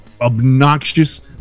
obnoxious